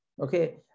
okay